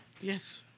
Yes